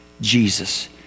Jesus